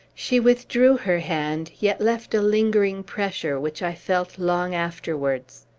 she withdrew her hand, yet left a lingering pressure, which i felt long afterwards.